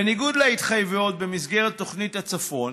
בניגוד להתחייבויות, במסגרת תוכנית הצפון,